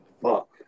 Fuck